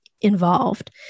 involved